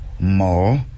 more